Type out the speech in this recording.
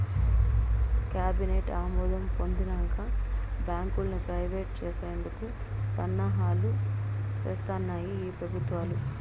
cabinet ఆమోదం పొందినంక బాంకుల్ని ప్రైవేట్ చేసేందుకు సన్నాహాలు సేస్తాన్నాయి ఈ పెబుత్వాలు